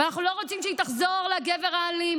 אנחנו לא רוצים שהיא תחזור לגבר האלים